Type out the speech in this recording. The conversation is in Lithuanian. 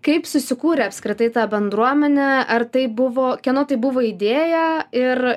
kaip susikūrė apskritai ta bendruomenė ar tai buvo kieno tai buvo idėja ir